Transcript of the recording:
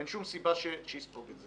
אין שום סיבה שיספוג את זה.